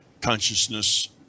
consciousness